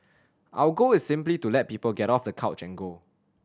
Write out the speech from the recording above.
our goal is simply to let people get off the couch and go